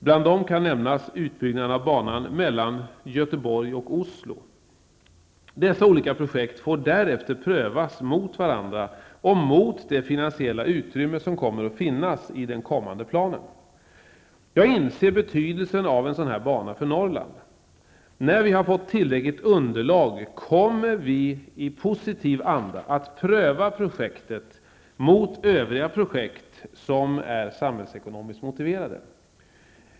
Bland dem kan nämnas utbyggnaden av banan mellan Göteborg och Oslo. Dessa olika projekt får därefter prövas mot varandra och mot det finansiella utrymme som kommer att finnas i den kommande planen. Jag inser betydelsen av en sådan här bana för Norrland. När vi har fått tillräckligt underlag kommer vi i positiv anda att pröva projektet mot övriga projekt som är samhällsekonomiskt motiverade.